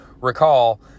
recall